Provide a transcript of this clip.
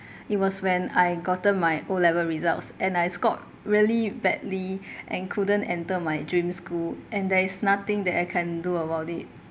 it was when I gotten my O level results and I scored really badly and couldn't enter my dream school and there is nothing that I can do about it